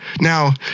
Now